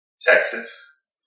Texas